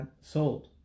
sold